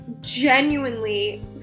genuinely